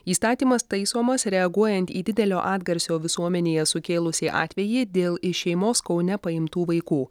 įstatymas taisomas reaguojant į didelio atgarsio visuomenėje sukėlusį atvejį dėl iš šeimos kaune paimtų vaikų